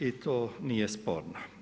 I to nije sporno.